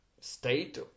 state